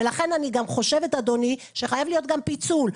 לכן אני גם חושבת שחייב להיות גם פיצול.